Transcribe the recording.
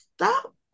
stop